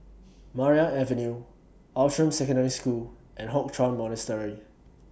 Maria Avenue Outram Secondary School and Hock Chuan Monastery